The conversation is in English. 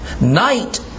Night